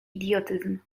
idiotyzm